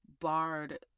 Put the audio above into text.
barred